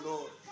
Lord